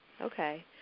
Okay